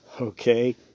Okay